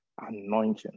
anointing